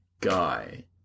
guy